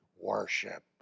worship